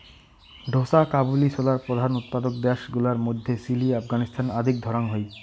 ঢোসা কাবুলি ছোলার প্রধান উৎপাদক দ্যাশ গুলার মইধ্যে চিলি, আফগানিস্তান আদিক ধরাং হই